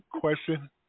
question